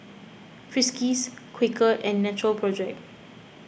Friskies Quaker and Natural Project